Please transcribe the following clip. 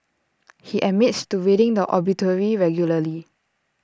he admits to reading the obituary regularly